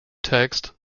text